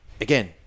again